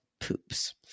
poops